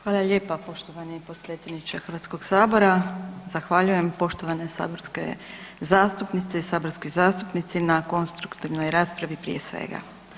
Hvala lijepa poštovani potpredsjedniče HS-a, zahvaljujem poštovane saborske zastupnice i saborski zastupnici na konstruktivnoj raspravi, prije svega.